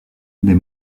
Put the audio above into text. des